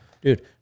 dude